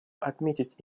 отметить